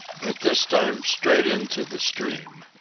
but this time straight into the stream.